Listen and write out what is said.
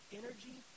energy